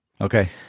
Okay